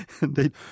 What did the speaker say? Indeed